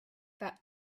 that